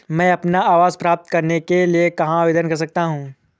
मैं अपना आवास प्राप्त करने के लिए कहाँ आवेदन कर सकता हूँ?